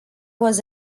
was